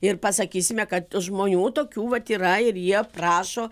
ir pasakysime kad žmonių tokių vat yra ir jie prašo